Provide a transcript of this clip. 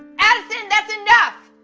addison, that's enough.